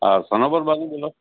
હા સનોબરભાભી બોલો